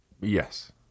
Yes